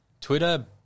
Twitter